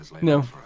No